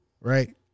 Right